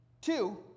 Two